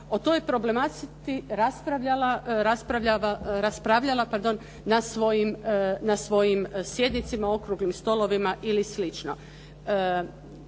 o toj problematici raspravljala na svojim sjednicama, okruglim stolovima ili